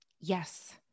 Yes